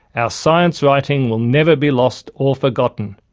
our science writing will never be lost or forgotten.